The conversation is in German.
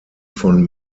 von